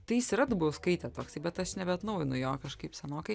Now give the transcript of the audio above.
tai jis yra dubauskaitė toksai bet aš nebeatnaujinu jo kažkaip senokai